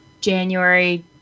January